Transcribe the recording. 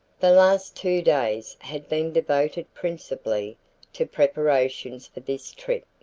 the last two days had been devoted principally to preparations for this trip.